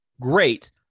great